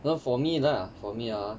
well for me lah for me ah